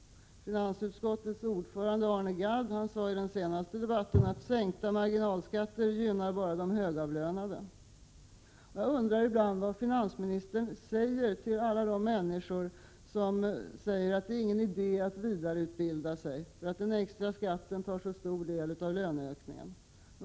Finansutskottets ordförande Arne Gadd sade i den senaste debatten vi hade om denna fråga att en sänkning av marginalskatterna gynnar bara de högavlönade. Jag undrar ibland vad finansministern svarar alla de människor som säger att det inte är någon idé att vidareutbilda sig, eftersom den extra skatten tar så stor del av löneökningen.